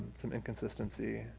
some inconsistency.